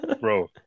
bro